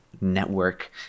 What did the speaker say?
network